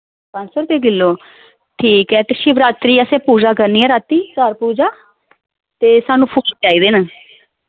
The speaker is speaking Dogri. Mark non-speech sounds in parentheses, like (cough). पंज सौ रपेऽ किलो ठीक ऐ ते शिवरात्रि असें पूजा करनी ऐ रातीं (unintelligible) पूजा ते सानूं (unintelligible) चाहिदे न